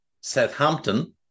Southampton